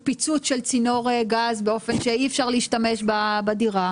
פיצוץ של צינור גז כך שאי אפשר להשתמש בדירה.